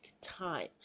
time